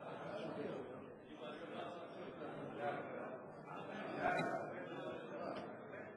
ההצעה להעביר את הצעת חוק לתיקון פקודת